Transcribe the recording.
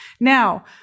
Now